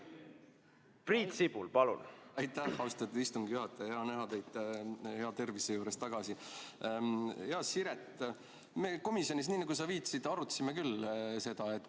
Priit Sibul, palun!